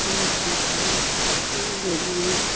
चलो ठीक है बढ़िया